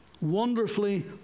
wonderfully